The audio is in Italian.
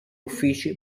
uffici